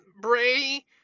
Bray